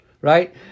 right